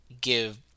give